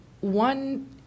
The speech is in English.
one